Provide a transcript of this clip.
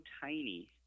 tiny